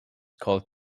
called